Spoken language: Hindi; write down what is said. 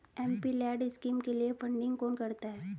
एमपीलैड स्कीम के लिए फंडिंग कौन करता है?